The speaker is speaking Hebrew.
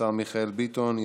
השר מיכאל ביטון.